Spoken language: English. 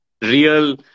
real